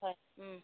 হয়